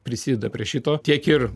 prisideda prie šito tiek ir